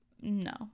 No